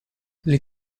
les